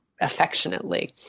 affectionately